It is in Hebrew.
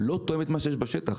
לא תואם את מה שיש בשטח.